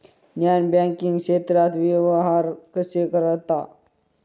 Non banking क्षेत्रात व्यवहार कसे करतात?